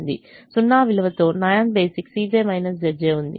0 విలువతో non basic ఉంది